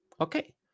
Okay